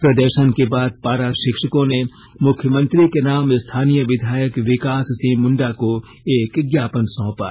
प्रदर्शन के बाद पारा शिक्षकों ने मुख्यमंत्री के नाम स्थानीय विधायक विकास सिंह मुण्डा को एक ज्ञापन सौंपा